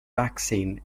vaccine